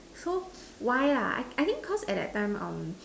so why lah I I think cause at that time